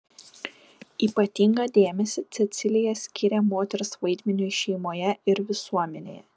ypatingą dėmesį cecilija skyrė moters vaidmeniui šeimoje ir visuomenėje